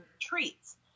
treats